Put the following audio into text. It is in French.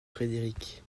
frédéric